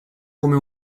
come